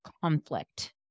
conflict